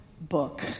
book